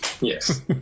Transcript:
Yes